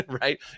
right